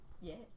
Yes